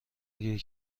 گیر